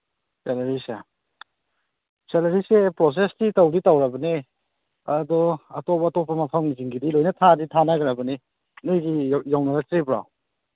ꯁꯦꯂꯔꯤꯁꯦ ꯁꯦꯂꯔꯤꯁꯦ ꯄ꯭ꯔꯣꯁꯦꯁꯇꯤ ꯇꯧꯗꯤ ꯇꯧꯔꯕꯅꯦ ꯑꯗꯣ ꯑꯇꯣꯞ ꯑꯇꯣꯞꯄ ꯃꯐꯝꯁꯤꯡꯒꯤꯗꯤ ꯂꯣꯏꯅ ꯊꯥꯗꯤ ꯊꯥꯅꯈ꯭ꯔꯕꯅꯤ ꯅꯣꯏꯒꯤ ꯌꯧꯅꯔꯛꯇ꯭ꯔꯤꯕꯣ